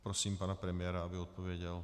Prosím pana premiéra, aby odpověděl.